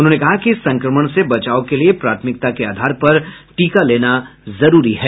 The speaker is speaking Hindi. उन्होंने कहा कि संक्रमण से बचाव के लिए प्राथमिकता के आधार पर टीका लेना जरूरी है